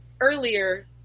earlier